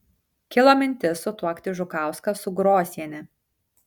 kilo mintis sutuokti žukauską su grosiene